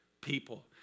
people